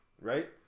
right